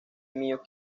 mío